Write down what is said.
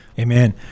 amen